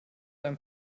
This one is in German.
einem